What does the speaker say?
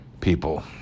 people